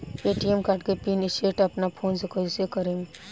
ATM card के PIN set अपना phone से कइसे करेम?